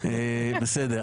אני פותח את הדיון.